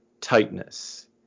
tightness